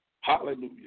Hallelujah